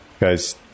guys